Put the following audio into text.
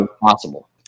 possible